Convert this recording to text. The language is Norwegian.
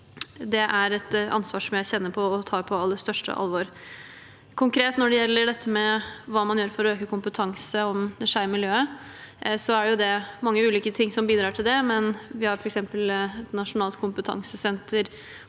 det er et ansvar som jeg kjenner på og tar på aller største alvor. Konkret når det gjelder hva man gjør for å øke kompetansen om det skeive miljøet, er det jo mange ulike ting som bidrar til det. Vi har f.eks. et nasjonalt kompetansesenter